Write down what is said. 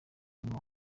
ngo